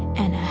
and